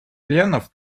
принимать